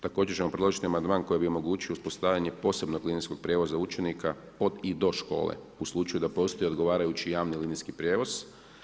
Također ćemo predložiti amandman koji bi omogućio uspostavljanje posebnog linijskog prijevoza učenika od i do škole u slučaju da postoji odgovarajući javni linijski prijevoz.